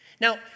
Now